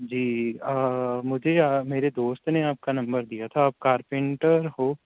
جی مجھے میرے دوست نے آپ کا نمبر دیا تھا آپ کارپینٹر ہو